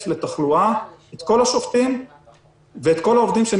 לתחלואה את כל השופטים ואת כל העובדים.